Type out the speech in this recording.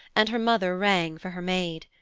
and her mother rang for her maid.